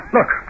Look